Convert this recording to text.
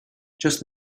just